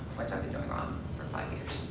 which i've been doing wrong for five years.